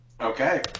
Okay